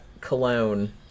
cologne